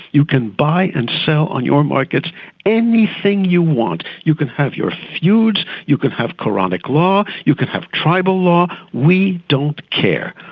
you can buy and sell so on your markets anything you want. you can have your feuds, you can have qur'anic law, you can have tribal law we don't care.